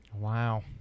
Wow